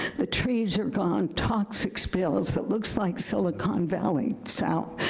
the trees are gone, toxic spills, it looks like silicon valley south.